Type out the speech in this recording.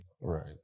Right